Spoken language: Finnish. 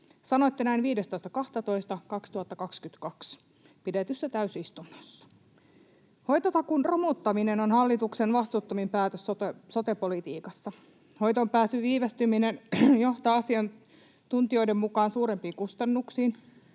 Sanoitte näin 15.12.2022 pidetyssä täysistunnossa. Hoitotakuun romuttaminen on hallituksen vastuuttomin päätös sote-politiikassa. Hoitoonpääsyn viivästyminen johtaa asiantuntijoiden mukaan suurempiin kustannuksiin,